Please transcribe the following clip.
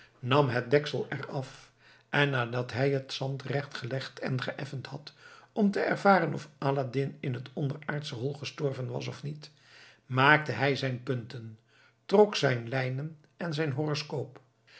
nam het deksel eraf en nadat hij het zand recht gelegd en geëffend had om te ervaren of aladdin in het onderaardsche hol gestorven was of niet maakte hij zijn punten trok zijn lijnen en zijn horoskoop